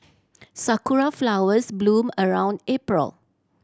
sakura flowers bloom around April